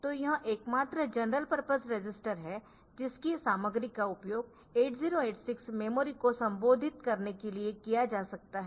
तो यह एकमात्र जनरल पर्पस रजिस्टर है जिसकी सामग्री का उपयोग 8086 मेमोरी को संबोधित करने के लिए किया जा सकता है